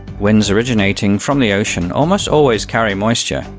winds originating from the ocean almost always carry moisture,